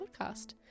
Podcast